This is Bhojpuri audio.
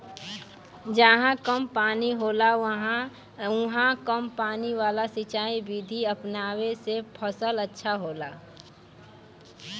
जहां कम पानी होला उहाँ कम पानी वाला सिंचाई विधि अपनावे से फसल अच्छा होला